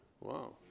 Wow